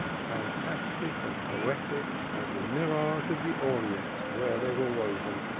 fantastic and poetic as the mirage of the orient where they were woven,